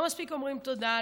לא מספיק אומרים תודה,